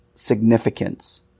significance